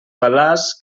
fal·laç